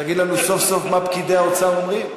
ותגיד לנו סוף-סוף מה פקידי האוצר אומרים,